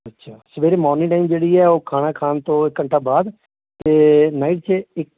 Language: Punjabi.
ਅੱਛਾ ਸਵੇਰੇ ਮੋਰਨਿੰਗ ਟਾਈਮ ਜਿਹੜੀ ਹੈ ਉਹ ਖਾਣਾ ਖਾਣ ਤੋਂ ਇੱਕ ਘੰਟਾ ਬਾਅਦ ਅਤੇ ਨਾਈਟ 'ਚ ਇ